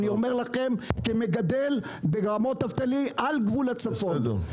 כמגדל ברמות נפתלי על גבול הצפון,